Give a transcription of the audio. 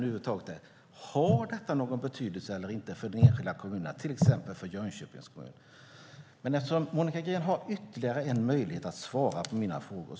Har det någon betydelse eller inte för de enskilda kommunerna, till exempel för Jönköpings kommun? Monica Green har ytterligare en möjlighet att svara på mina frågor.